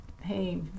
hey